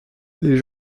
les